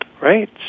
right